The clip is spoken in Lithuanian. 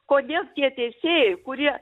kodėl tie teisėjai kurie